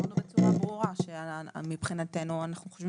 אמרנו בצורה ברורה שמבחינתנו אנחנו חושבים